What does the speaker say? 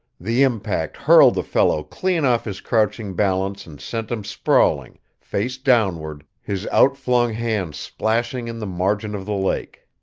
the impact hurled the fellow clean off his crouching balance and sent him sprawling, face downward, his outflung hands splashing in the margin of the lake.